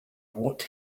what